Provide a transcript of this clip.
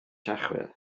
tachwedd